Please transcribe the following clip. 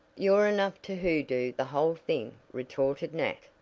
you're enough to hoodoo the whole thing, retorted nat.